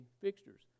fixtures